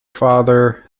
father